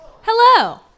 hello